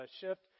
shift